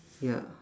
ya